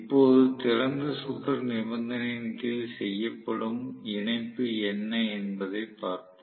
இப்போது திறந்த சுற்று நிபந்தனையின் கீழ் செய்யப்படும் இணைப்பு என்ன என்பதைப் பார்ப்போம்